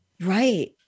Right